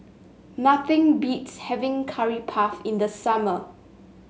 nothing beats having Curry Puff in the summer